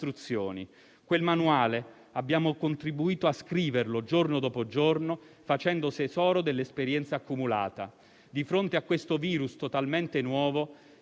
d'istruzioni. Quel manuale abbiamo contribuito a scriverlo, giorno dopo giorno, facendo tesoro dell'esperienza accumulata. Di fronte a questo virus totalmente nuovo